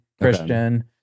Christian